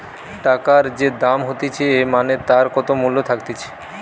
টাকার যে দাম হতিছে মানে তার কত মূল্য থাকতিছে